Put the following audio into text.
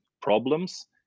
problems